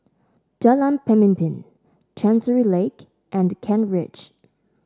Jalan Pemimpin Chancery Lane and Kent Ridge